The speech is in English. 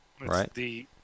Right